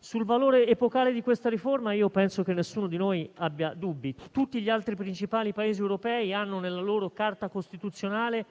Sul valore epocale di questa riforma penso che nessuno di noi abbia dubbi. Tutti gli altri principali Paesi europei hanno da molti anni nella loro Carta costituzionale